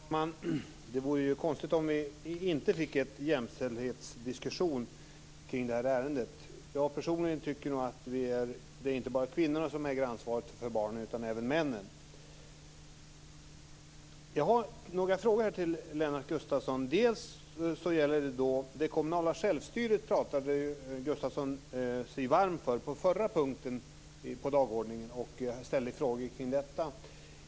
Fru talman! Det vore konstigt om vi inte fick en jämställdhetsdiskussion kring det här ärendet. Personligen tycker jag nog att det inte bara är kvinnorna som äger ansvaret för barnen utan även männen. Jag har några frågor till Lennart Gustavsson. På den förra dagordningspunkten talade sig Gustavsson varm för det kommunala självstyret. Då gällde det frågor kring detta.